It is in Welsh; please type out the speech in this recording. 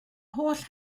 holl